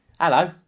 Hello